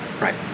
Right